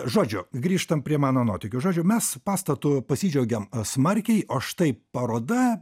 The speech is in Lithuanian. žodžiu grįžtam prie mano nuotykių žodžiu mes pastatu pasidžiaugėm smarkiai o štai paroda